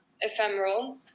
ephemeral